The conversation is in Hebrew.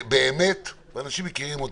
תופרים על זה על ציבורים מסוימים,